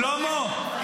שלמה,